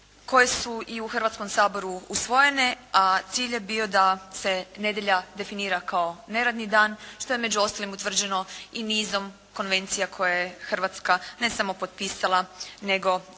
koje su i u Hrvatskom saboru usvojene a cilj je bio da se nedjelja definira kao neradni dan, što je među ostalim utvrđeno i nizom konvencija koje je Hrvatska ne samo potpisala nego